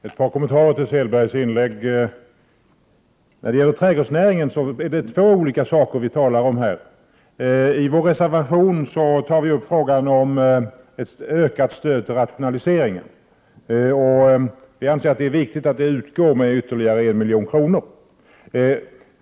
Fru talman! Ett par kommentarer till Selbergs inlägg. När det gäller trädgårdsnäringen är det två olika saker vi talar om. I vår reservation tar vi upp frågan om ökat stöd till rationaliseringar. Vi anser att det är viktigt att det stödet utgår med ytterligare 1 milj.kr.